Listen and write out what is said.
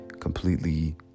completely